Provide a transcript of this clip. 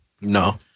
No